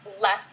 less